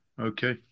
Okay